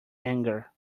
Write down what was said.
anger